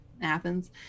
athens